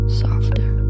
softer